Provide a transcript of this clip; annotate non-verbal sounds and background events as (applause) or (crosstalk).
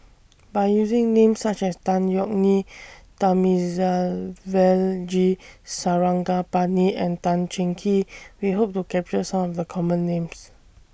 (noise) By using Names such as Tan Yeok Nee Thamizhavel G Sarangapani and Tan Cheng Kee We Hope to capture Some of The Common Names